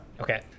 okay